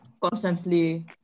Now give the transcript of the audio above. constantly